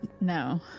No